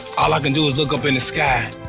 all i can do is look up in the sky,